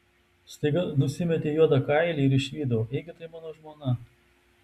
staiga nusimetė juodą kailį ir išvydau ėgi tai mano žmona